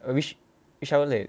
which which outlet